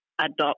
adopt